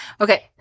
Okay